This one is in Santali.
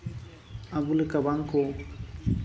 ᱟᱵᱚ ᱞᱮᱠᱟ ᱵᱟᱝ ᱠᱚ